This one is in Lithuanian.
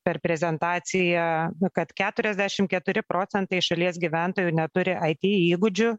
per prezentaciją kad keturiasdešim keturi procentai šalies gyventojų neturi aity įgūdžių